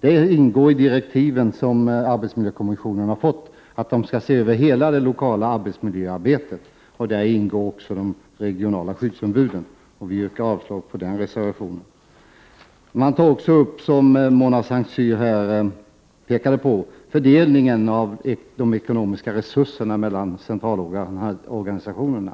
Detta ingår i direktiven som arbetsmiljökommissionen har fått att se över hela det lokala arbetsmiljöarbetet. Där ingår också de regionala skyddsombuden. Jag yrkar avslag på reservation 1. Mona Saint Cyr pekade på fördelningen av de ekonomiska resurserna mellan centralorganisationerna.